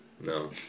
no